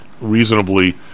reasonably